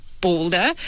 Boulder